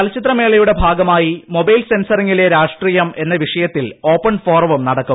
ചലച്ചിത്രമേളയുടെ ഭാഗമായി മൊബൈൽ സെൻസറിംഗിലെ രാഷ്ട്രീയം എന്ന വിഷയത്തിൽ ഓപ്പൺ ഫോറവും നടക്കും